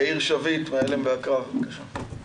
יאיר שביט, מ'ההלם והקרב', בבקשה.